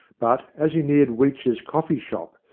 but, as he neared weech's coffee-shop,